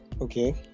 Okay